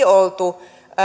oltu